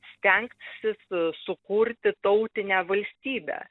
stengsis sukurti tautinę valstybę